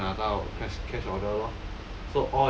我就不会拿到 cash cash order lor